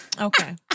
Okay